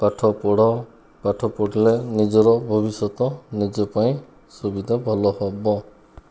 ପାଠ ପଢ଼ ପାଠ ପଢ଼ିଲେ ନିଜର ଭବିଷ୍ୟତ ନିଜେ ପାଇଁ ସୁବିଧା ଭଲ ହେବ